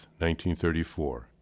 1934